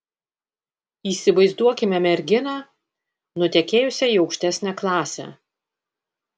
įsivaizduokime merginą nutekėjusią į aukštesnę klasę